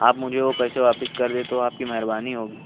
آپ مجھے وہ پیسے واپس کر دے تو آپ کی مہربانی ہوگی